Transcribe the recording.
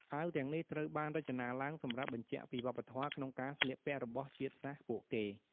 អាវទាំងនេះត្រូវបានរចនាឡើងសម្រាប់បញ្ជាក់ពីវប្បធម៌ក្នុងការស្លៀកពាក់របស់ជាតិសាសន៍ពួកគេ។